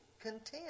content